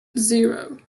zero